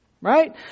Right